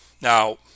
Now